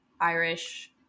Irish